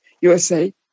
USA